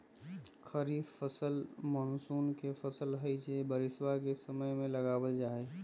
खरीफ फसल मॉनसून के फसल हई जो बारिशवा के समय में लगावल जाहई